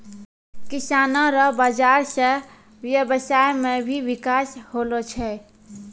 किसानो रो बाजार से व्यबसाय मे भी बिकास होलो छै